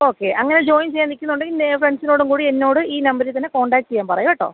okay അങ്ങനെ join ചെയ്യാൻ നിൽക്കുന്നുണ്ട് നേഹ ഫ്രണ്ട്സിനോടും കൂടി എന്നോട് ഈ നമ്പറിൽ തന്നെ കോൺടാക്ട് ചെയ്യാൻ പറയൂ കേട്ടോ